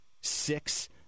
Six